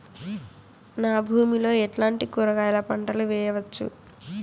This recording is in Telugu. నా భూమి లో ఎట్లాంటి కూరగాయల పంటలు వేయవచ్చు?